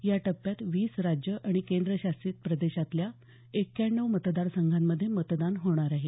या टप्प्यात वीस राज्यं आणि केंद्रशासित प्रदेशांतल्या एक्क्याण्णव मतदारसंघांत मतदान होणार आहे